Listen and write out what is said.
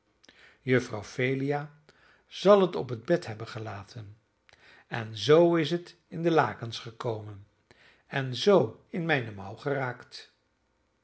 juffrouw phelia zal het op het bed hebben gelaten en zoo is het in de lakens gekomen en zoo in mijne mouw geraakt